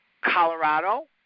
Colorado